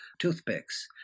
Toothpicks